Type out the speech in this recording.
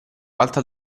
alta